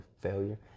failure